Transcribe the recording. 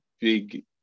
big